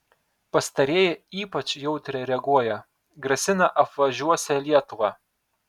pastarieji ypač jautriai reaguoja grasina apvažiuosią lietuvą